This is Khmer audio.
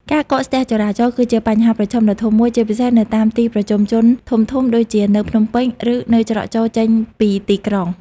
ការកកស្ទះចរាចរណ៍ គឺជាបញ្ហាប្រឈមដ៏ធំមួយ ជាពិសេសនៅតាមទីប្រជុំជនធំៗដូចជានៅ ភ្នំពេញ ឬនៅច្រកចូល ចេញពីទីក្រុង។